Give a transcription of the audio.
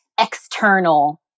external